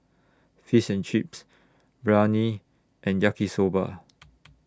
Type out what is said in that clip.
Fish and Chips Biryani and Yaki Soba